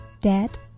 Dad